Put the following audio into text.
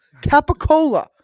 Capicola